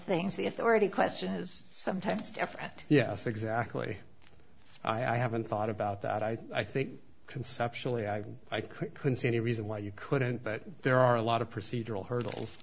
things the authority question is sometimes different yes exactly i haven't thought about that i think conceptually i couldn't see any reason why you couldn't but there are a lot of procedural hurdles